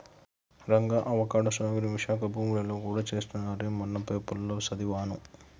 Ranga avocado సాగుని విశాఖ భూములలో గూడా చేస్తున్నారని మొన్న పేపర్లో సదివాను